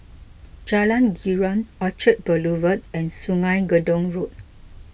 Jalan Girang Orchard Boulevard and Sungei Gedong Road